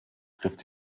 trifft